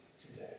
today